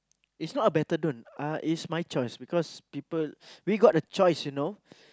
is not a better don't uh it's my choice because people we got a choice you know`